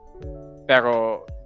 Pero